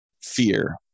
fear